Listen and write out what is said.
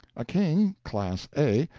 a king, class a,